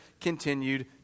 continued